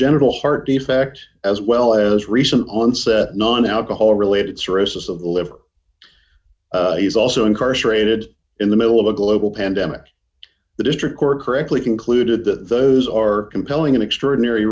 congenital heart defect as well as recent onset non alcohol related cirrhosis of the liver he is also incarcerated in the middle of a global pandemic the district court correctly concluded that those are compelling and extraordinary